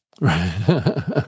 Right